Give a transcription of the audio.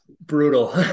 brutal